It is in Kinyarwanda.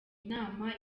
inama